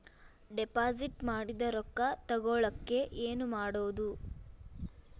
Deposit ಮಾಡಿದ ರೊಕ್ಕ ತಗೋಳಕ್ಕೆ ಏನು ಮಾಡೋದು?